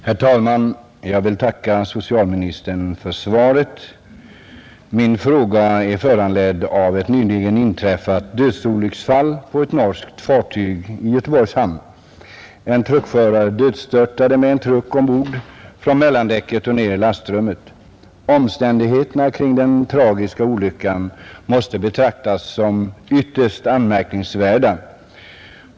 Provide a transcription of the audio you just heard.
Herr talman! Jag vill tacka socialministern för svaret. Min fråga är föranledd av ett nyligen inträffat dödsolycksfall på ett norskt fartyg i Göteborgs hamn. En truckförare dödsstörtade med en truck ombord från mellandäcket och ned i lastrummet. Omständigheterna kring den tragiska olyckan måste betraktas som ytterst anmärkningsvärda.